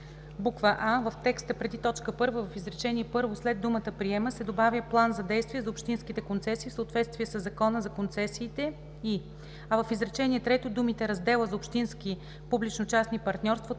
9: аа) в текста преди т. 1, в изречение първо след думата „приема“ се добавя „план за действие за общинските концесии в съответствие със Закона за концесиите и“, а в изречение трето думите „раздела за общински публично-частни партньорства